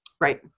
Right